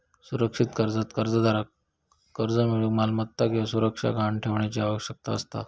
सुरक्षित कर्जात कर्जदाराक कर्ज मिळूक मालमत्ता किंवा सुरक्षा गहाण ठेवण्याची आवश्यकता असता